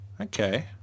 Okay